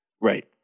Right